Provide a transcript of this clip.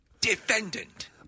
Defendant